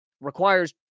requires